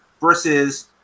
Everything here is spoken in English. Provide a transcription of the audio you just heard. versus